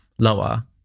lower